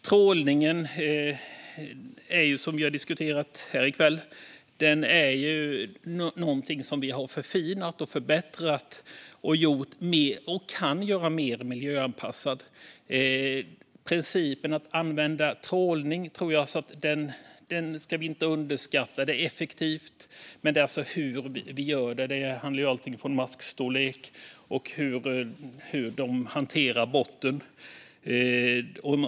Trålning är ju, som vi redan diskuterat här i kväll, något som har förfinats och förbättrats och som kan göras mer miljöanpassat. Principen att använda trålning tror jag inte att vi ska underskatta. Det är effektivt. Det handlar snarare om hur det görs, om maskstorlek och om hantering av botten.